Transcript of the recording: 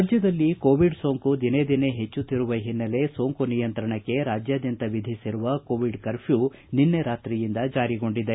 ರಾಜ್ಯದಲ್ಲಿ ಕೋವಿಡ್ ಸೋಂಕು ದಿನೇ ದಿನೇ ಹೆಚ್ಚುತ್ತಿರುವ ಹಿನ್ನೆಲೆ ಸೋಂಕು ನಿಯಂತ್ರಣಕ್ಕೆ ರಾಜ್ಯಾದ್ಯಂತ ವಿಧಿಸಿರುವ ಕೋವಿಡ್ ಕರ್ಫ್ಯೂ ನಿನ್ನೆ ರಾತ್ರಿಯಿಂದ ಜಾರಿಗೊಂಡಿದೆ